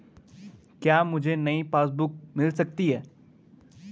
क्या मुझे नयी पासबुक बुक मिल सकती है?